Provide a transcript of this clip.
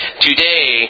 today